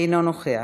אינו נוכח.